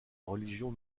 religion